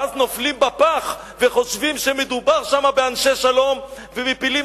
ואז נופלים בפח וחושבים שמדובר שם באנשי שלום ומפילים